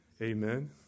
Amen